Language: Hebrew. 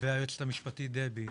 והיועצת המשפטית דבי,